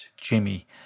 Jimmy